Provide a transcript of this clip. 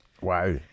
Wow